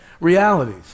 Realities